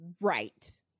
Right